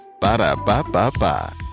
Ba-da-ba-ba-ba